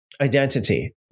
identity